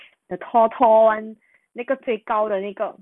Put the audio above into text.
the tall tall [one] 那个最高的那个